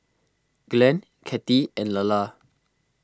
Glenn Kathey and Lalla